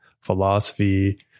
philosophy